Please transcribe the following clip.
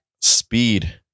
speed